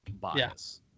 bias